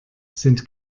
sind